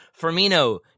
Firmino